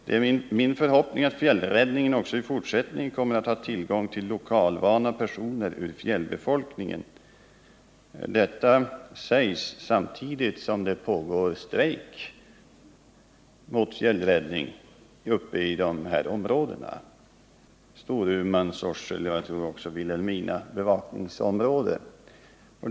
Det är min förhoppning att fjällräddningen också i fortsättningen kommer att ha tillgång Detta sägs samtidigt som det pågår strejk mot fjällräddningen i Storumans och Wilhelminas bevakningsområden.